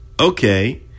Okay